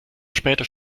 später